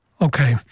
Okay